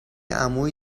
عمویی